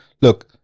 Look